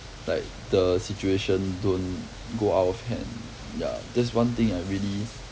like the situation don't go out of hand ya that's one thing I really